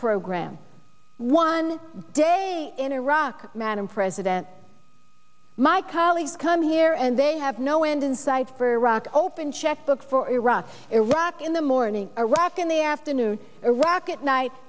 program one day in iraq madam president my colleagues come here and they have no end in sight for iraq open checkbook for iraq iraq in the morning iraq in the afternoon iraq at night